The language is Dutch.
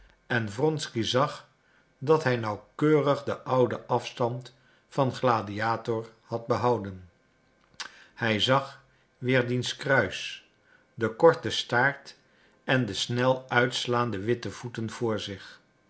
en wronsky zag dat hij nauwkeurig den ouden afstand van gladiator had behouden hij zag weer diens kruis den korten staart en de snel uitslaande witte voeten voor zich